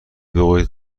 بگویید